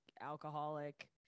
alcoholic